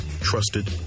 Trusted